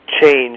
change